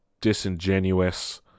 disingenuous